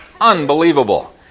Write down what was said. Unbelievable